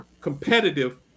competitive